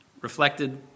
reflected